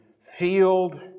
field